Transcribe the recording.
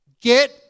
get